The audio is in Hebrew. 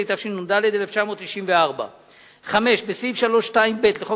התשנ"ד 1994. 5. בסעיף 3(2)(ב) לחוק